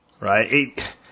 Right